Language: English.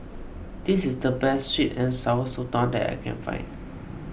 this is the best Sweet and Sour Sotong that I can find